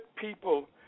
people